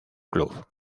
club